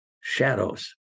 shadows